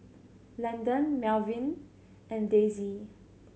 Landen Melvyn and Daisie